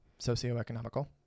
socioeconomical